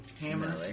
Hammer